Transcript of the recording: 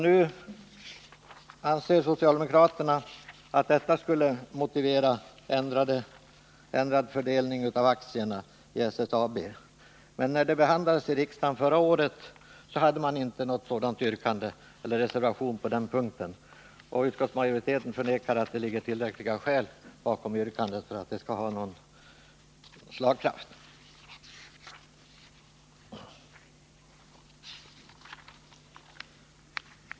Nu anser socialdemokraterna att detta skulle motivera ändrad fördelning av aktierna i SSAB. Men när detta förslag behandlades i riksdagen förra året hade socialdemokraterna inte något sådant yrkande eller någon reservation på den punkten. Utskottsmajoriteten förnekar nu att det ligger tillräckliga skäl bakom yrkandet för att det skall ha någon slagkraft.